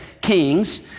Kings